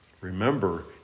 remember